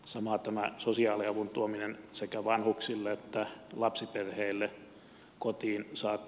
samoin tämä sosiaaliavun tuominen sekä vanhuksille että lapsiperheille kotiin saakka